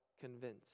convinced